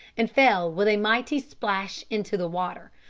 and fell with a mighty splash into the water.